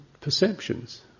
Perceptions